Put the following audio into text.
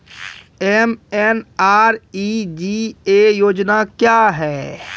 MNREGA योजना क्या हैं?